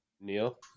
Neil